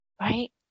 Right